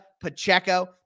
Pacheco